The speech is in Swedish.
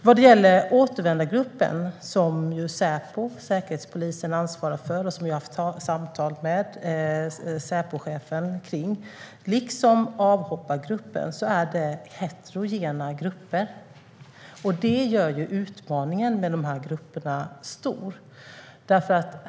Vad gäller återvändargruppen som Säpo, säkerhetspolisen, ansvarar för har vi haft samtal med Säpochefen om den. Liksom avhoppargruppen är det en heterogen grupp. Det gör utmaningen med dessa grupper stor.